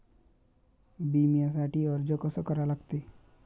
बिम्यासाठी अर्ज कसा करा लागते?